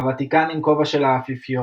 הוותיקן עם כובע של האפיפיור.